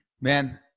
man